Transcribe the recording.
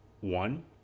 one